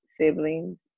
siblings